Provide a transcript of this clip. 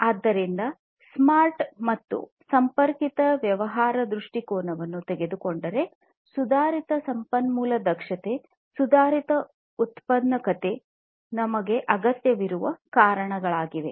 ಆದ್ದರಿಂದ ಸ್ಮಾರ್ಟ್ ಮತ್ತು ಸಂಪರ್ಕಿತ ವ್ಯವಹಾರ ದೃಷ್ಟಿಕೋನವನ್ನು ತೆಗೆದುಕೊಂಡರೆ ಸುಧಾರಿತ ಸಂಪನ್ಮೂಲ ದಕ್ಷತೆ ಸುಧಾರಿತ ಉತ್ಪಾದಕತೆ ನಮಗೆ ಅಗತ್ಯವಿರುವ ಕಾರಣಗಳಾಗಿವೆ